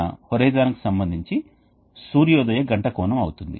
కాబట్టి ఇది TS2 తో వేడి ఉష్ణ వినిమాయకం యొక్క హాట్ సైడ్ హీట్ ఎక్స్ఛేంజర్లోకి ప్రవేశిస్తోంది